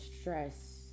stress